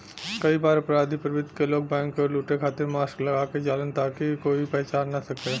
कई बार अपराधी प्रवृत्ति क लोग बैंक क लुटे खातिर मास्क लगा क जालन ताकि कोई पहचान न सके